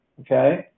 okay